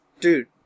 dude